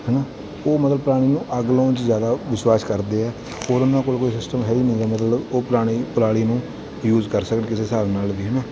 ਹੈ ਨਾ ਉਹ ਮਤਲਬ ਪਰਾਲੀ ਨੂੰ ਅੱਗ ਲਗਾਉਣ 'ਚ ਜ਼ਿਆਦਾ ਵਿਸ਼ਵਾਸ਼ ਕਰਦੇ ਹੈ ਹੋਰ ਉਹਨਾਂ ਕੋਲ ਕੋਈ ਸਿਸਟਮ ਹੈ ਹੀ ਨੀਗਾ ਮਤਲਬ ਉਹ ਪਰਾਣੇ ਪਰਾਲੀ ਨੂੰ ਯੂਜ ਕਰ ਸਕਣ ਕਿਸੇ ਹਿਸਾਬ ਨਾਲ ਵੀ ਹੈ ਨਾ